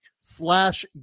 slash